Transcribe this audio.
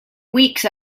weeks